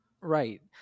right